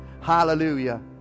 hallelujah